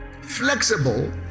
flexible